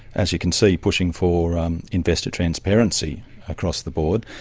as you can see, pushing for um investor transparency across the board,